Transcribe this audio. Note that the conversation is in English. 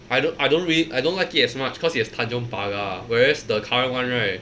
I don't I don't really I don't like it as much cause it has tanjong pagar whereas the current one right